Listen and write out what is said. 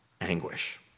anguish